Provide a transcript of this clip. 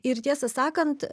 ir tiesą sakant